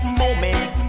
moment